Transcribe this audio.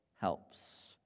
helps